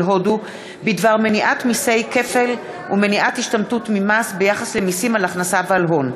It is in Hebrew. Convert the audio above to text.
הודו בדבר מניעת מסי כפל ומניעת השתמטות ממס ביחס למסים על הכנסה ועל הון.